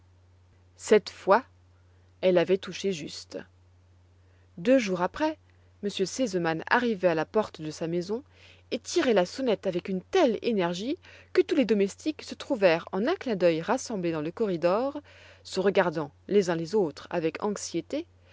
cette fois elle avait touché juste deux jours après m r sesemann arrivait à la porte de sa maison et tirait la sonnette avec une telle énergie que tous les domestiques se trouvèrent en un clin d'œil rassemblés dans le corridor se regardant les uns les autres avec anxiété